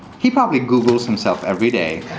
he probably googles himself every day